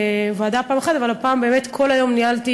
ועדה פעם אחת אבל הפעם באמת כל היום ניהלתי,